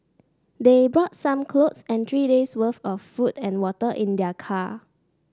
they brought some clothes and three day's worth of food and water in their car